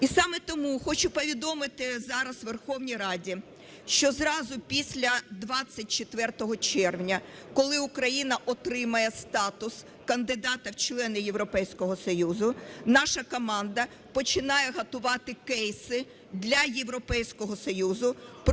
І саме тому хочу повідомити зараз Верховній Раді, що зразу після 24 червня, коли Україна отримає статус кандидата в члени Європейського Союзу, наша команда починає готувати кейси для Європейського Союзу